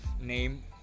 name